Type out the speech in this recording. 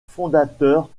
fondateur